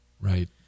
Right